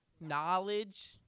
knowledge